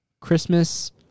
Christmas